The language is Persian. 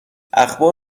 اخبار